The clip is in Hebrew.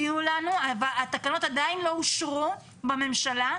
התקנות עדיין לא אושרו בממשלה,